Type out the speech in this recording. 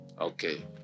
Okay